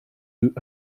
œufs